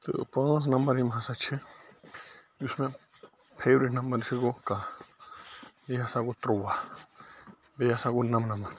تہٕ پانٛژھ نمبر یِم ہسا چھِ یُس مےٚ فیورِٹ نمبر چھِ یہِ گوٚو کَہہ بیٚیہِ ہسا گوٚو تُرٛواہ بیٚیہِ ہَسا گوٚو نَمنَمَتھ